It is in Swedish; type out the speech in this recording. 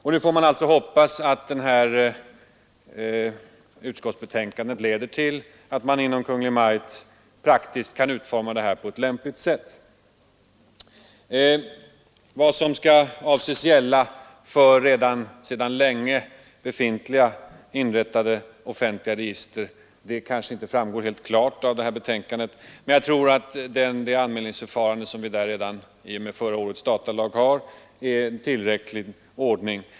Vi får hoppas att utskottets betänkande leder till att Kungl. Maj:t nu kan utforma detaljerna här på ett lämpligt sätt. Vad som skall gälla för de offentliga register som redan existerar kanske inte framgår helt klart av betänkandet, men jag tror att det anmälningsförfarande som vi fick i och med förra årets datalag är tillräckligt.